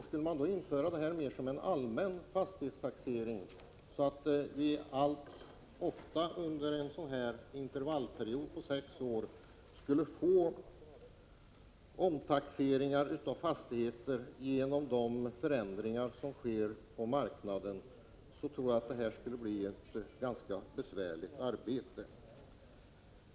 Skulle vi införa en mer allmän fastighetstaxering, med ett intervall om sex år, skulle vi genom de förändringar som sker på marknaden ofta få omtaxeringar av fastigheter. Jag tror att detta arbete skulle bli ganska besvärligt.